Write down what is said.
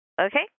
Okay